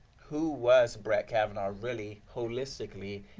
who was brett kavanaugh really? holistically,